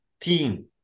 team